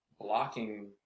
blocking